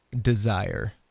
desire